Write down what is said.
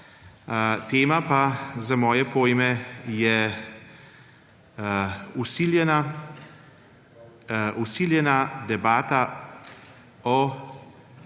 tema pa za moje pojme je vsiljena debata o